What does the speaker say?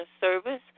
service